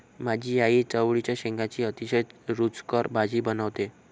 माझी आई चवळीच्या शेंगांची अतिशय रुचकर भाजी बनवते